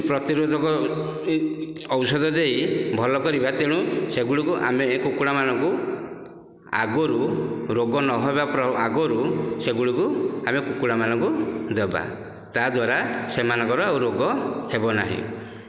ପ୍ରତିରୋଧକ ଔଷଧ ଦେଇ ଭଲ କରିବା ତେଣୁ ସେଗୁଡିକୁ ଆମେ ସେ କୁକୁଡ଼ା ମାନଙ୍କୁ ଆଗରୁ ରୋଗ ନହେବା ଆଗରୁ ସେଗୁଡ଼ିକୁ ଆମେ କୁକୁଡ଼ା ମାନଙ୍କୁ ଦେବା ତାଦ୍ୱାରା ସେମାନଙ୍କର ଆଉ ରୋଗ ହେବନାହିଁ